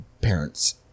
parents